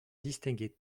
distinguer